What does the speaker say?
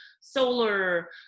solar